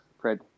Fred